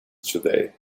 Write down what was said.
today